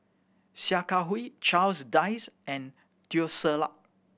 Sia Kah Hui Charles Dyce and Teo Ser Luck